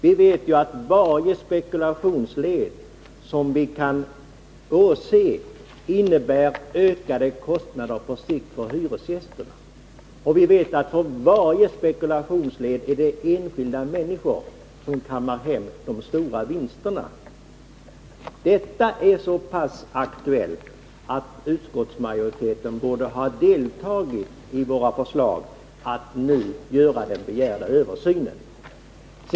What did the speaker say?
Vi vet ju att varje spekulationsled på längre sikt innebär ökade kostnader för hyresgästerna och att det varje gång är enskilda människor som kammar hem de stora vinsterna. Detta är så pass aktuellt att utskottsmajoriteten borde ha anslutit sig till vårt förslag att nu göra en översyn.